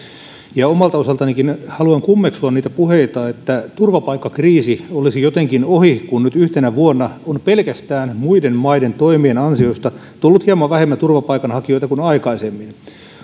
omalta osaltanikin haluan kummeksua niitä puheita että turvapaikkakriisi olisi jotenkin ohi kun nyt yhtenä vuonna on pelkästään muiden maiden toimien ansiosta tullut hieman vähemmän turvapaikanhakijoita kuin aikaisemmin